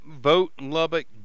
votelubbock